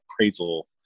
appraisal